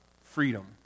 freedom